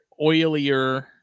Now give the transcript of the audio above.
oilier